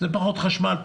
זה פחות חשמל,